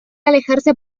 alejarse